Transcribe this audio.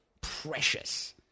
precious